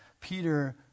Peter